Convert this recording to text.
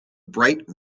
bright